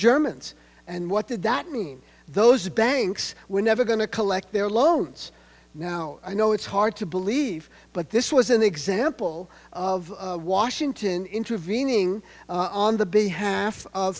germans and what did that mean those banks were never going to collect their loans now i know it's hard to believe but this was an example of washington intervening on the behalf of